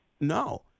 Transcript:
no